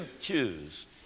choose